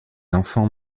enfants